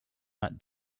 that